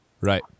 Right